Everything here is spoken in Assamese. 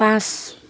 পাঁচ